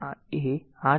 તેથી જો તે a8